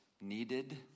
needed